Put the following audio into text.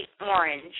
orange